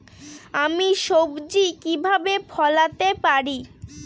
আমি সবজি কিভাবে ফলাতে পারি?